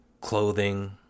clothing